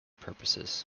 purposes